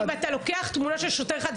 אם אתה לוקח תמונה של שוטר אחד,